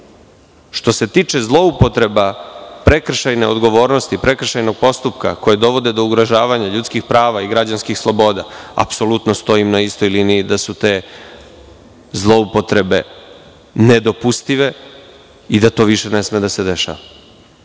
se tiče zloupotreba prekršajne odgovornosti, prekršajnog postupka, koji dovode do ugrožavanja ljudskih prava i građanskih sloboda, apsolutno stoji na istoj liniji da su te zloupotrebe nedopustive i da to više ne sme da se dešava,